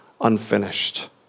unfinished